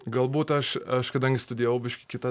galbūt aš aš kadangi studijavau biškį kitą